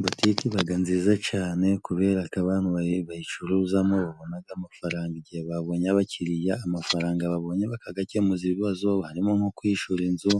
Butike ibaga nziza cane kubera ko abantu bayi bayicuruzamo babonaga amafaranga igihe babonye abakiriya, amafaranga babonye bakagakemuza ibibazo harimo nko kwishura inzu,